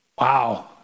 Wow